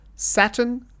Saturn